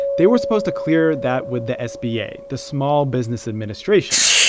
they were supposed to clear that with the sba, the small business administration.